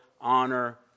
honor